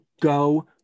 go